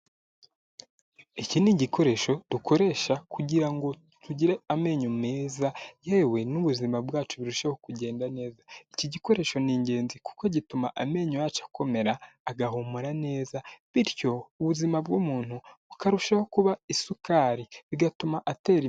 Iki ni igikoresho dukoresha kugira ngo tugire amenyo meza yewe n'ubuzima bwacu birusheho kugenda neza iki gikoresho ni ingenzi kuko gituma amenyo yacu akomera, agahumura neza bityo ubuzima bw'umuntu bukarushaho kuba isukari, bigatuma atera imbere.